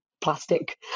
plastic